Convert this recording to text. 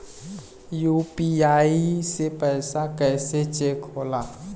UPI से पैसा कैसे चेक होला?